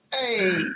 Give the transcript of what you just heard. hey